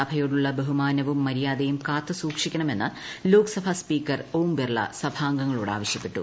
സഭയോടുള്ള ബഹുമാനവും മര്യാദയും കൂട്ടത്തുസൂക്ഷിക്കണമെന്ന് ലോക്സഭ സ്പീക്കർ ഓം ബിർള സഭാഷ്ട്രങ്ങ്ളോട് ആവശ്യപ്പെട്ടു